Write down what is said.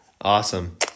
Awesome